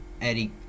Eddie